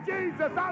Jesus